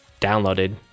downloaded